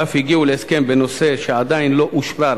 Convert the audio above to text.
ואף הגיעו להסכם בנושא שעדיין לא אושרר